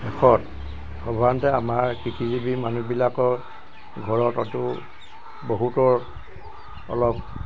শেষত সৰ্বাসাধাৰণতে আমাৰ কৃষিজীৱি মানুহবিলকৰ ঘৰত হয়তো বহুতৰ অলপ